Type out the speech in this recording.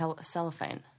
cellophane